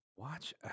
Watch